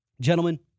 Gentlemen